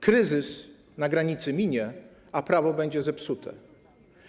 Kryzys na granicy minie, a prawo będzie zepsute.